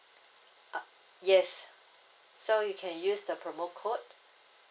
uh yes so you can use the promo code